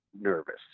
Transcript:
nervous